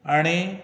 आनी